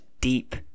deep